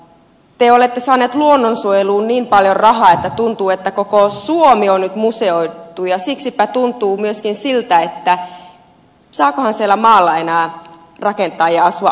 te olette saanut luonnonsuojeluun niin paljon rahaa että tuntuu että koko suomi on nyt museoitu ja siksipä tuntuu myöskin siltä että saakohan siellä maalla enää rakentaa ja asua ollenkaan